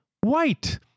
white